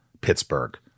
pittsburgh